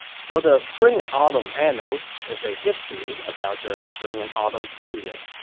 so the spring and autumn annals is a history about the spring and autumn period.